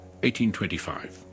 1825